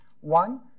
One